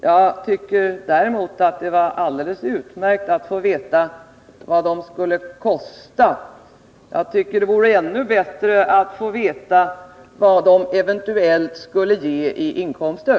Jag tycker däremot att det var alldeles utmärkt att få veta vad de skulle kosta. Och det vore ännu bättre att få veta vad de eventuellt skulle ge i inkomster.